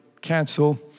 cancel